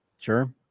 Sure